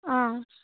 অঁ